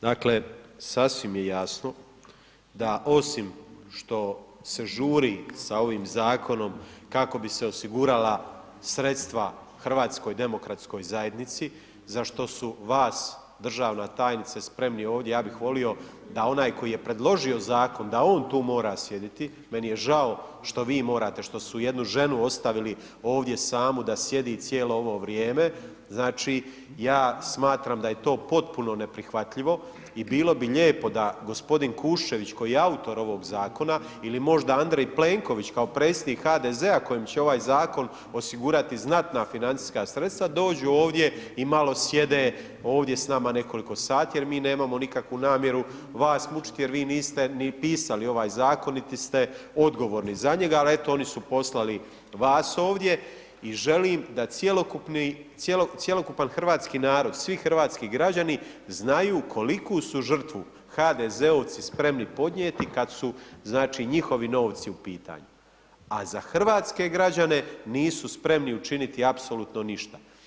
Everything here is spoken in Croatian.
Dakle, sasvim je jasno da osim što se žuri sa ovim zakonom kako bi se osigurala sredstva HDZ-u za što su vas, državna tajnice, spremni ovdje, ja bih volio da onaj koji je predložio zakon da on tu mora sjediti, meni je žao što vi morate, što su jednu ženu ostavili ovdje samu da sjedi cijelo ovo vrijeme, znači, ja smatram da je to potpuno neprihvatljivo i bilo bi lijepo da g. Kuščević koji je autor ovog zakona ili možda Andrej Plenković kao predsjednik HDZ-a kojem će ovaj zakon osigurati znatna financijska sredstva, dođu ovdje i malo sjede ovdje s nama nekoliko sati jer mi nemamo nikakvu namjeru vas mučit jer vi niste ni pisali ovaj zakon niti ste odgovorni za njega, ali eto oni su poslali vas ovdje i želim da cjelokupni, cjelokupan narod svi hrvatski građani znaju koliku su žrtvu HDZ-ovci spremni podnijeti kad su znači njihovi novci u pitanju, a za hrvatske građane nisu spremni učiniti apsolutno ništa.